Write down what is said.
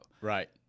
Right